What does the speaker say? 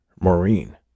Maureen